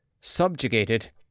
subjugated